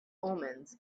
omens